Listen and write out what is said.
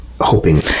hoping